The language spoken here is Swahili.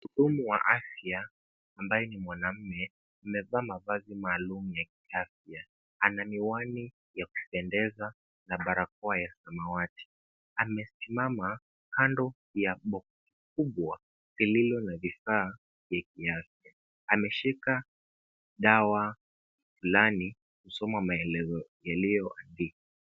Mhudumu wa afya, ambaye ni mwanaume. Amevaa mavazi maalum ya kiafya. Ana miwani ya kupendeza na balakoa ya samawati. Amesimama kando ya pipa kubwa kubwa lililo la bidhaa peke yake . Ameshika dawa fulani kusoma maelezo yaliyoandikwa.